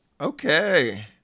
Okay